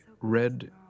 red